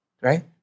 Right